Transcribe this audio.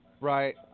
Right